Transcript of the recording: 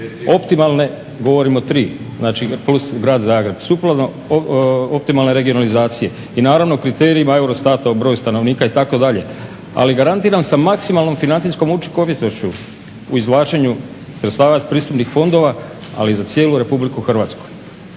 optimalne, govorim o tri, znači plus grad Zagreb, sukladno optimalnoj regionalizaciji i naravno kriterijima EUROSTAT-a o broju stanovnika itd. ali garantiram sa maksimalnom financijskom učinkovitošću u izvlačenja sredstava iz pristupnih fondova ali za cijelu RH. Na koncu